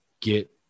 get